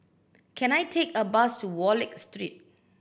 can I take a bus to Wallich Street